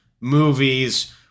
movies